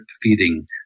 feeding